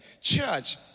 Church